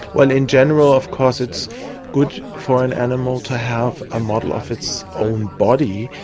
well, in general of course it's good for an animal to have a model of its own body.